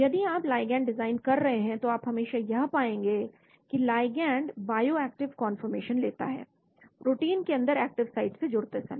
यदि आप ligands design कर रहे हैं तो आप हमेशा यह पाएंगे कि लिगैंड बायोएक्टिव कांफोर्मेशन लेता है प्रोटीन के अंदर एक्टिव साइट से जुड़ते समय